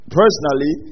personally